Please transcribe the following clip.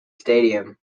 stadium